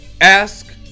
ask